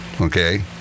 Okay